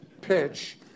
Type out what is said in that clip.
pitch